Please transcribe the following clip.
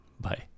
Bye